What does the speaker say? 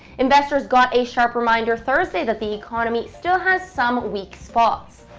investors got a sharp reminder thursday that the economy still has some weak spots.